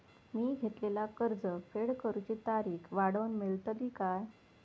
मी घेतलाला कर्ज फेड करूची तारिक वाढवन मेलतली काय?